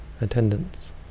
attendance